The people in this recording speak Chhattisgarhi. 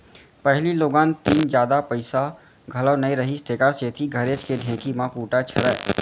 पहिली लोगन तीन जादा पइसा घलौ नइ रहिस तेकर सेती घरेच के ढेंकी म कूटय छरय